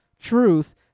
truth